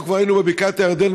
אנחנו כבר היינו בבקעת הירדן,